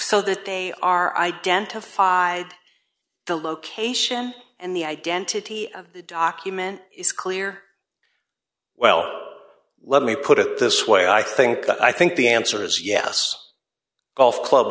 so that they are identified the location and the identity of the document is clear well let me put it this way i think i think the answer is yes golf club